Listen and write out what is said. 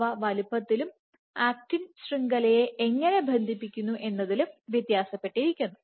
അവ വലുപ്പത്തിലും ആക്റ്റിൻ ശൃംഖലയെ എങ്ങനെ ബന്ധിപ്പിക്കുന്നു എന്നതിലും വ്യത്യാസപ്പെട്ടിരിക്കുന്നു